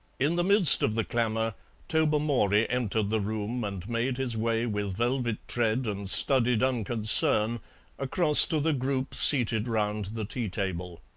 in the midst of the clamour tobermory entered the room and made his way with velvet tread and studied unconcern across to the group seated round the tea-table.